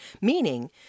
Meaning